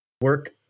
Work